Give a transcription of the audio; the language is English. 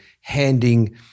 handing